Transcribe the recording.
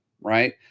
right